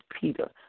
Peter